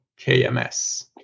KMS